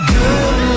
good